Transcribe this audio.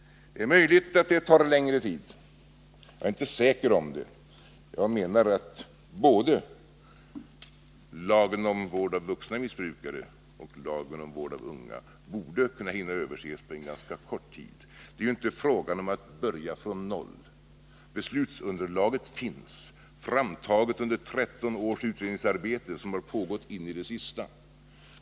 Det är möjligt att det tar längre tid. Jag är inte säker på det. Jag menar att både lagen om vård av vuxna missbrukare och lagen om vård av unga borde kunna hinna överses på ganska kort tid. Det är ju inte fråga om att börja från noll. Beslutsunderlaget finns, framtaget under 13 års utredningsarbete, som har pågått in i det sista.